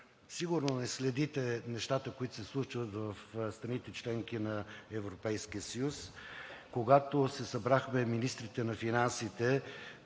Сигурно не следите нещата, които се случват в страните – членки на Европейския съюз, когато се събрахме министрите на финансите